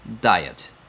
diet